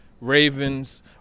Ravens